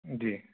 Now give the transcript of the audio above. جی